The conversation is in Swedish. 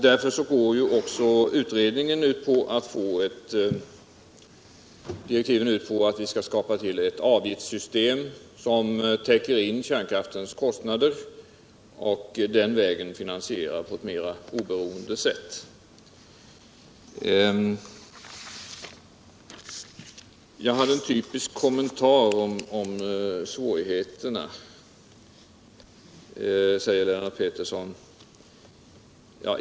Därför går direktiven ut på att vi skall skapa ett avgiftssystem, som täcker in kärnkraftens kostnader och som den vägen finansierar kärnkraften på ett mer oberoende sätt. Lennart Pettersson sade att jag gav en typisk kommentar till vad han sade om svårigheterna.